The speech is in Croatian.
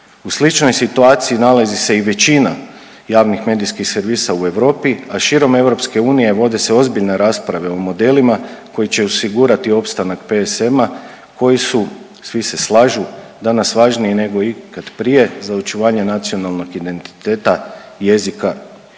U sličnoj situaciji nalazi se i većina javnih medijskih servisa u Europi, a širom EU vode se ozbiljne rasprave o modelima koji će osigurati opstanak PSM-a koji su svi se slažu danas važniji nego ikad prije za očuvanje nacionalnog identiteta jezika i kulturnog